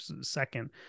second